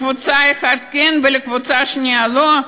לקבוצה אחת, כן, וקבוצה שנייה, לא.